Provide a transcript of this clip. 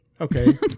Okay